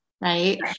right